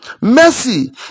Mercy